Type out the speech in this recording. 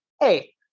hey